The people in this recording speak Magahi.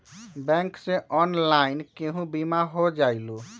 बैंक से ऑनलाइन केहु बिमा हो जाईलु?